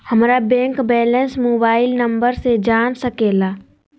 हमारा bank balance mobile number से जान सके ला?